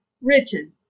written